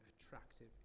attractive